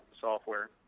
software